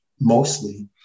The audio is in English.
mostly